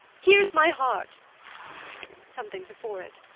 here's my heart something's afore't.